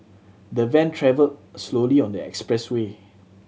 the van travelled slowly on the expressway